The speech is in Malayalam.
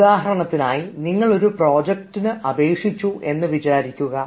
ഉദാഹരണത്തിനായി നിങ്ങളൊരു പ്രോജക്ടിനായി അപേക്ഷിച്ചു എന്ന് വിചാരിക്കുക